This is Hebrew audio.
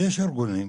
יש ארגונים,